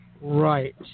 Right